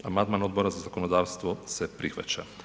Amandman Odbora za zakonodavstvo se prihvaća.